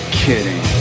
kidding